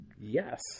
Yes